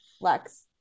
lex